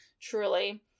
truly